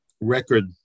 record